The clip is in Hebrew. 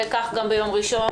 וכך גם ביום ראשון,